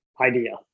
idea